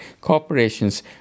Corporations